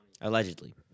Allegedly